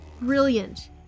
brilliant